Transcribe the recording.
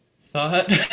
thought